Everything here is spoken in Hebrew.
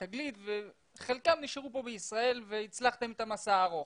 'תגלית' וחלקם נשארו בישראל והצלחתם את המסע הארוך.